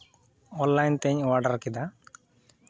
online ᱛᱮᱧ order ᱠᱮᱫᱟ